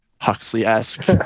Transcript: Huxley-esque